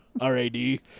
R-A-D